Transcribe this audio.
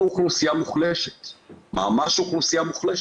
אנחנו ראינו את זה ביתר שאת בקורונה,